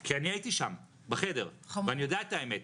כי אני הייתי שם בחדר ואני יודע את האמת.